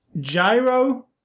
Gyro